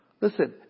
Listen